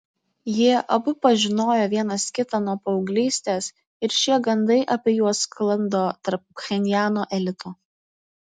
jie abu pažinojo vienas kitą nuo paauglystės ir šie gandai apie juos sklando tarp pchenjano elito